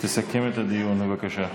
תסכם את הדיון, בבקשה.